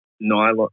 nylon